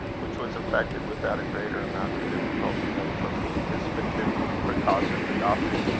which was effected without a greater amount of difficulty than, from the anticipative precautions adopted,